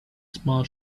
small